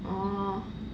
哦